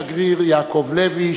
השגריר יעקב לוי,